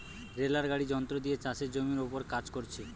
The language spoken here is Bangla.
বেলার গাড়ি যন্ত্র দিয়ে চাষের জমির উপর কাজ কোরছে